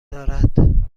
دارد